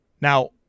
Now